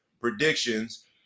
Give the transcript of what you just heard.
predictions